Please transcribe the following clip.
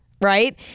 right